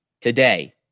Today